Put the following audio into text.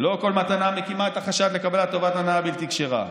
ולא כל מתנה מקימה את החשד לקבלת טובת הנאה בלתי כשירה".